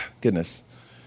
goodness